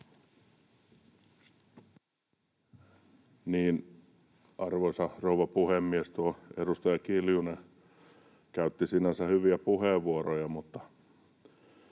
Arvoisa rouva puhemies! Edustaja Kiljunen käytti sinänsä hyviä puheenvuoroja,